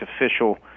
official